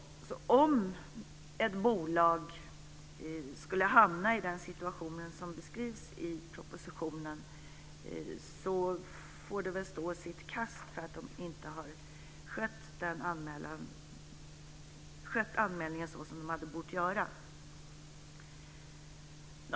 Om ett bolag skulle hamna i den situation som beskrivs i propositionen får man stå sitt kast för att anmälan inte har skötts så som man borde ha gjort.